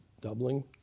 doubling